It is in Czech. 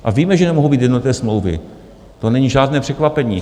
A víme, že nemohou být jednotné smlouvy, to není žádné překvapení.